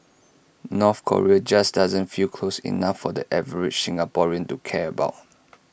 North Korea just doesn't feel close enough for the average Singaporean to care about